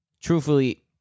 Truthfully